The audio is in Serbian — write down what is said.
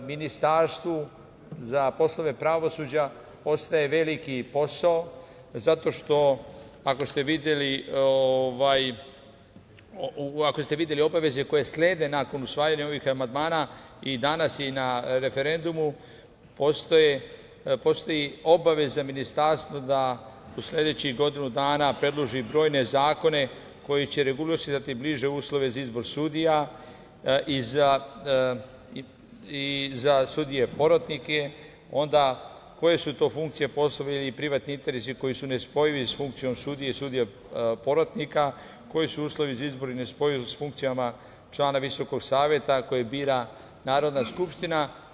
Ministarstvu za poslove pravosuđa ostaje veliki posao zato što, ako ste videli obaveze koje slede nakon usvajanja ovih amandmana i danas i na referendumu, postoji obaveza ministarstva da u sledećih godinu dana predloži brojne zakone koji će regulisati bliže uslove za izbor sudija i za sudije porotnike, onda koje su to funkcije, poslovi ili privatni interesi koji su nespojivi sa funkcijom sudije i sudija porotnika, koji su uslovi za izbor i nespojivost sa funkcijama člana Visokog saveta koje bira Narodna skupština.